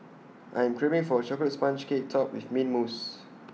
I am craving for A Chocolate Sponge Cake Topped with Mint Mousse